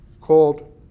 called